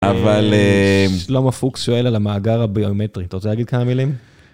אבל שלמה פוקס שואל על המאגר הביומטרי, אתה רוצה להגיד כמה מילים?